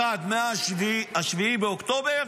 אחת מ-7 באוקטובר,